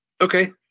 Okay